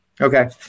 Okay